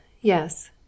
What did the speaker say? yes